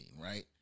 right